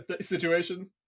situation